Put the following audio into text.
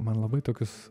man labai tokius